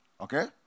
Okay